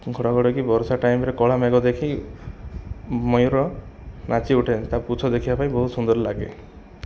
ଘଡ଼ଘଡ଼ି କି ବର୍ଷା ଟାଇମ୍ରେ କଳା ମେଘ ଦେଖି ମୟୂର ନାଚିଉଠେ ତା' ପୁଚ୍ଛ ଦେଖିବା ପାଇଁ ବହୁତ ସୁନ୍ଦର ଲାଗେ